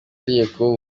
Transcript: nteko